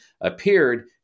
appeared